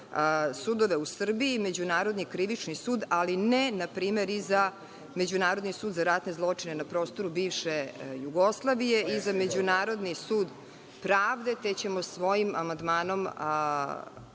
sudove u Srbiji, Međunarodni krivični sud, ali i za Međunarodni sud za ratne zločine na prostoru bivše Jugoslavije i za Međunarodni sud pravde, te ćemo svojim amandmanom